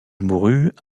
mourut